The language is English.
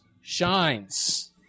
shines